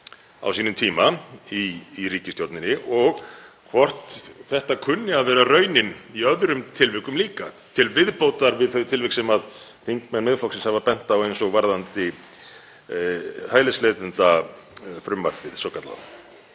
á sínum tíma í ríkisstjórninni og hvort þetta kunni að vera raunin í öðrum tilvikum líka til viðbótar við þau tilvik sem þingmenn Miðflokksins hafa bent á, eins og varðandi hælisleitendafrumvarpið svokallaða,